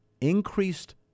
increased